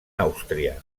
austria